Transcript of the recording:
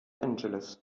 angeles